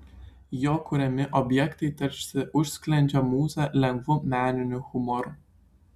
jo kuriami objektai tarsi užsklendžia mūzą lengvu meniniu humoru